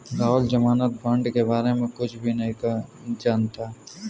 राहुल ज़मानत बॉण्ड के बारे में कुछ भी नहीं जानता है